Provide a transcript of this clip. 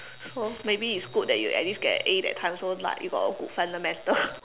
so maybe it's good that you at least get a A that time so like you got a good fundamental